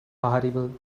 horrible